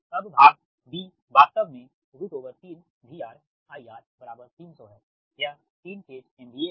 अब भाग भाग वास्तव में 3 VR IR 300 है यह 3 फेज MVA है